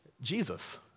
Jesus